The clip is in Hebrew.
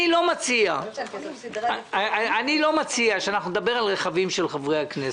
אני לא מציע שאנחנו נדבר על רכבים של חברי הכנסת.